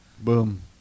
Boom